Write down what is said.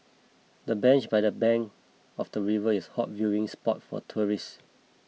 the bench by the bank of the river is a hot viewing spot for tourists